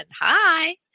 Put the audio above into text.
Hi